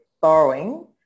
borrowing